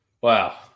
Wow